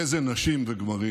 איזה נשים וגברים.